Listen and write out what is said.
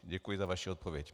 Děkuji za vaši odpověď.